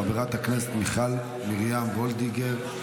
חברת הכנסת מיכל מרים וולדיגר,